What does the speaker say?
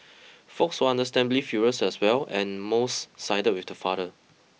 folks were understandably furious as well and most sided with the father